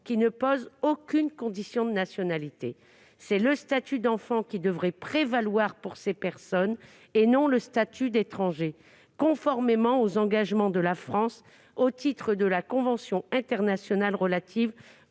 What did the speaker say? ne pose aucune condition de nationalité. C'est le statut d'enfant qui devrait prévaloir pour ces personnes, et non le statut d'étranger, conformément aux engagements de la France au titre de la Convention internationale des